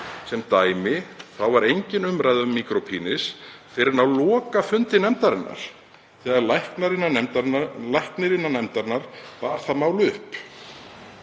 Sem dæmi þá var engin umræða um „micro-penis” fyrr en á lokafundi nefndarinnar þegar læknir innan nefndarinnar bar það mál upp.“